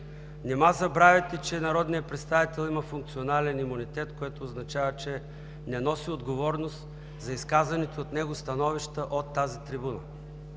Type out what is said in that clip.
нима забравяте, че народният представител има функционален имунитет, което означава, че не носи отговорност за изказаните от него становища от тази трибуна?